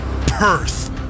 Perth